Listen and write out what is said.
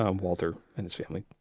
um walter and his family.